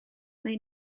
mae